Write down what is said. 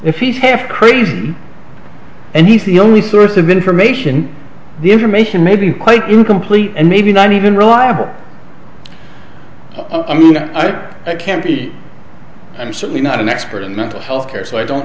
if he's half crazy and he's the only source of information the information may be quite incomplete and maybe not even reliable i can't i'm certainly not an expert in mental health care so i don't